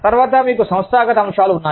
తర్వాత మీకు సంస్థాగత అంశాలు ఉన్నాయి